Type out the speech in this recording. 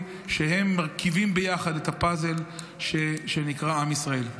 שמרכיבים ביחד את הפאזל שנקרא עם ישראל.